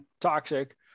toxic